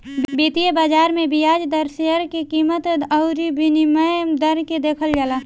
वित्तीय बाजार में बियाज दर, शेयर के कीमत अउरी विनिमय दर के देखल जाला